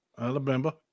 Alabama